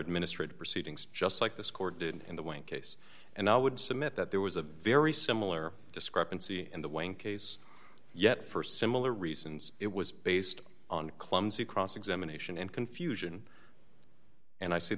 administrative proceedings just like this court did in the one case and i would submit that there was a very similar discrepancy in the way in case yet for similar reasons it was based on clumsy cross examination and confusion and i see